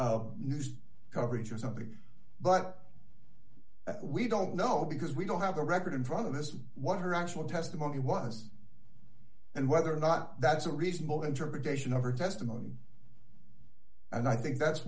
other news coverage or something but we don't know because we don't have a record in front of this what her actual testimony was and whether or not that's a reasonable interpretation of her testimony and i think that's